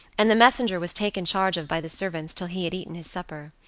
and the messenger was taken charge of by the servants till he had eaten his supper.